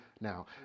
now